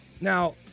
Now